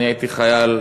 אני הייתי חייל,